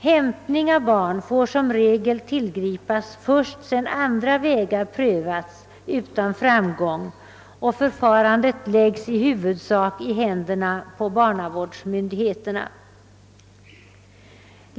Hämtning av barn får som regel tillgripas först sedan andra vägar prövats utan framgång och förfarandet läggs i huvudsak i händerna på barnavårdsmyndigheterna.